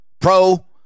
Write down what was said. pro